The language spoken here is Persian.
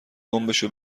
دمبشو